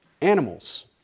Animals